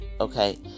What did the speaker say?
okay